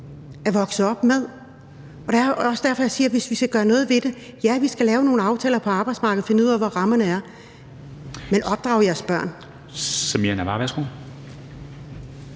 er vokset op med. Det er også derfor, jeg siger, at vi skal gøre noget ved det. Ja, vi skal lave nogle aftaler på arbejdsmarkedet, finde ud af, hvad rammerne er. Men opdrag jeres børn! Kl.